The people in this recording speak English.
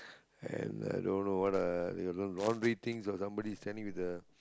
and i don't know what are there are all these things of somebody is standing with a